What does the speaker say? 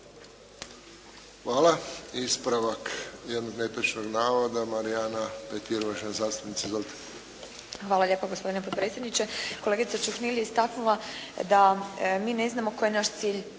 Hvala. Ispravak jednog netočnog navoda, Marijana Petir uvažena zastupnica. Izvolite. **Petir, Marijana (HSS)** Hvala lijepa gospodine potpredsjedniče. Kolegica Ćuhnil je istaknula da mi ne znamo koji je naš cilj